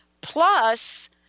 plus